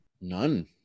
none